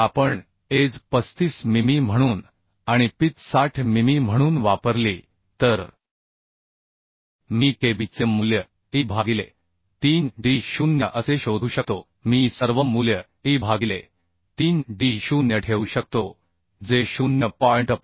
जर आपण एज 35 मिमी म्हणून आणि पिच 60 मिमी म्हणून वापरली तर मी Kb चे मूल्य E भागिले 3d0 असे शोधू शकतो मी सर्व मूल्य E भागिले 3d0 ठेवू शकतो जे 0